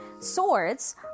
swords